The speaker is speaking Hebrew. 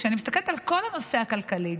כשאני מסתכלת על כל הנושא הכלכלי,